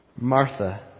Martha